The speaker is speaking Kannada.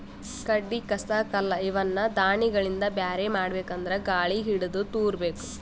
ಕಡ್ಡಿ ಕಸ ಕಲ್ಲ್ ಇವನ್ನ ದಾಣಿಗಳಿಂದ ಬ್ಯಾರೆ ಮಾಡ್ಬೇಕ್ ಅಂದ್ರ ಗಾಳಿಗ್ ಹಿಡದು ತೂರಬೇಕು